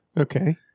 Okay